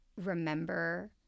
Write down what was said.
remember